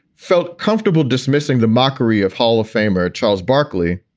felt comfortable dismissing the mockery of hall of famer charles barkley,